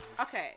Okay